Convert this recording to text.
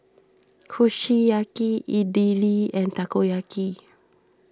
Kushiyaki Idili and Takoyaki